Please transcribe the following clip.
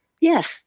Yes